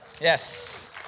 yes